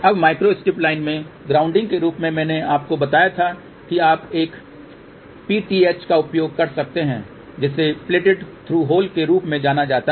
अब micro strip line में grounding के रूप में मैंने आपको बताया था कि आप एक पीटीएच का उपयोग कर सकते हैं जिसे प्लेटेड थ्रू होल के रूप में जाना जाता है